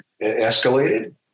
escalated